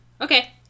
Okay